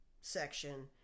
section